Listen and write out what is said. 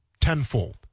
tenfold